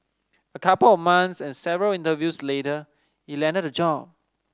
a couple of months and several interviews later he landed a job